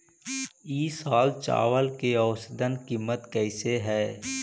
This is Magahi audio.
ई साल चावल के औसतन कीमत कैसे हई?